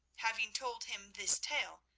having told him this tale,